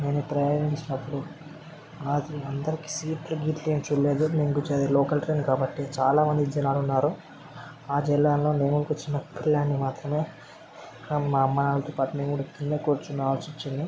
నేను ప్రయాణించినప్పుడు ఆది అందరికీ సీట్లు గిట్లు ఏం చూడలేదు మేము కూర్చోండిది లోకల్ ట్రైన్ కాబట్టి చాలామంది జనాలున్నారు ఆ జనాల్లో నేనూ ఒక చిన్న పిల్లాడిని మాత్రమే మా అమ్మానాన్నలతో పాటు నేను కూడా కింద కూర్చోనవల్సి వచ్చింది